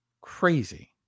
crazy